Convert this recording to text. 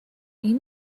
این